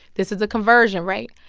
this is the conversion rate.